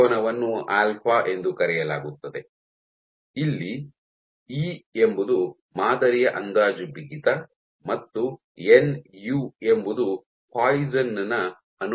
ಈ ಕೋನವನ್ನು ಆಲ್ಫಾ ಎಂದು ಕರೆಯಲಾಗುತ್ತದೆ ಇಲ್ಲಿ ಇ ಎಂಬುದು ಮಾದರಿಯ ಅಂದಾಜು ಬಿಗಿತ ಮತ್ತು ಏನ್ಯು ಎಂಬುದು ಪಾಯ್ಸನ್ ನ ಅನುಪಾತವಾಗಿದೆ